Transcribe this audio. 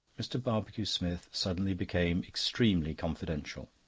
mr. barbecue-smith suddenly became extremely confidential.